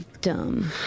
Dumb